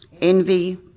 envy